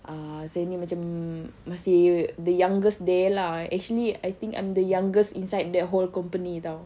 ah saya ni macam masih the youngest day lah actually I think I'm the youngest inside that whole company [tau]